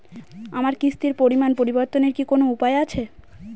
আমার কিস্তির পরিমাণ পরিবর্তনের কি কোনো উপায় আছে?